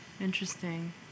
Interesting